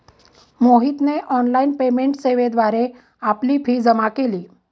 मोहितने online payment सेवेद्वारे आपली फी जमा केली